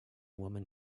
woman